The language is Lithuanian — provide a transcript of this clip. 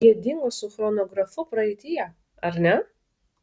jie dingo su chronografu praeityje ar ne